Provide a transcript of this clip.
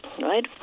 right